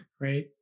right